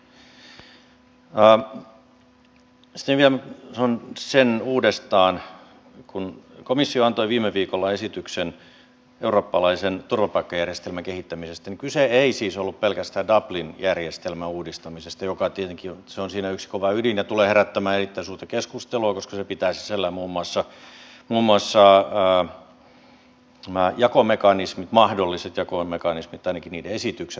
sitten vielä sanon sen uudestaan kun komissio antoi viime viikolla esityksen eurooppalaisen turvapaikkajärjestelmän kehittämisestä että kyse ei siis ollut pelkästään dublin järjestelmän uudistamisesta joka tietenkin on siinä yksi kova ydin ja tulee herättämään erittäin suurta keskustelua koska se pitää sisällään muun muassa nämä mahdolliset jakomekanismit tai ainakin niiden esitykset